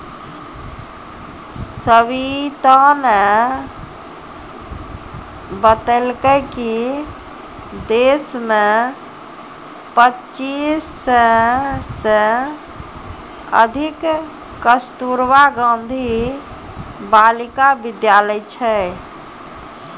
सविताने बतेलकै कि देश मे पच्चीस सय से अधिक कस्तूरबा गांधी बालिका विद्यालय छै